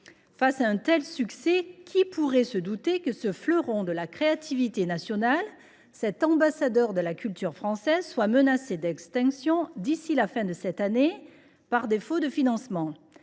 Face à un tel succès, qui pourrait se douter que ce fleuron de la créativité nationale, cet ambassadeur de la culture française, soit menacé d’extinction d’ici à la fin de cette année, faute de financement ?